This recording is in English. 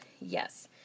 Yes